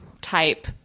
type